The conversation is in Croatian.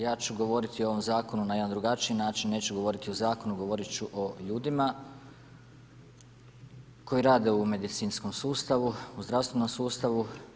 Ja ću govoriti o ovom Zakonu na jedan drugačiji način, neću govoriti o Zakonu, govoriti ću o ljudima koji rade u medicinskom sustavu, u zdravstvenom sustavu.